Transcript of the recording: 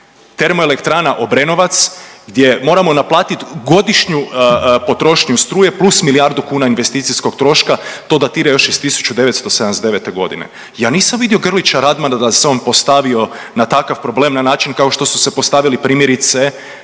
Termoelektrana Obrenovac gdje moramo naplatiti godišnju potrošnju struje plus milijardu kuna investicijskog troška. To datira još iz 1979. godine. Ja nisam vidio Grlića-Radmana da se on postavio na takav problem na način kao što su postavili primjerice